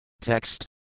Text